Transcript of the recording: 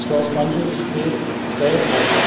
सौ पंज ते तय आहे